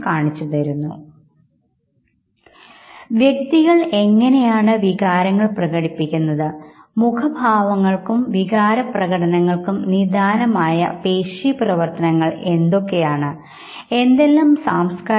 ഒരു ഫോട്ടോയിലെ തന്നെ വ്യക്തിയുടെ മുഖത്തിൻറെ വിവിധവശങ്ങൾ ശ്രദ്ധിക്കുമ്പോൾ അവർ യഥാർത്ഥത്തിൽ സന്തോഷം പ്രകടിപ്പിക്കുന്നില്ല എന്നുള്ളത് നമുക്ക് മനസ്സിലാക്കാൻ സാധിക്കും